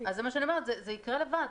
זה מה שאני אומרת, זה יקרה לבד.